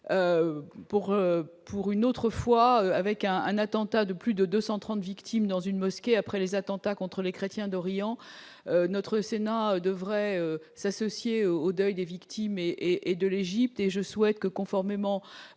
pour une autre fois avec un un attentat de plus de 230 victimes dans une mosquée, après les attentats contre les chrétiens d'Orient notre Sénat devrait s'associer au deuil des victimes et et de l'Égypte, et je souhaite que, conformément